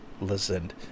listened